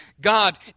God